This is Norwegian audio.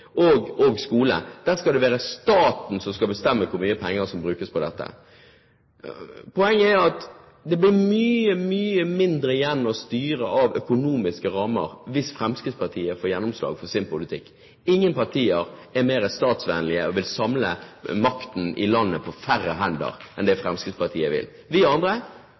eldreomsorg og skole. Der skal det være staten som skal bestemme hvor mye penger som skal brukes på dette. Poenget er at det blir mye, mye mindre igjen å styre for gjennom økonomiske rammer hvis Fremskrittspartiet får gjennomslag for sin politikk. Ingen partier er mer statsvennlige og vil samle makten i landet på færre hender enn det Fremskrittspartiet vil. Vi andre